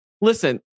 Listen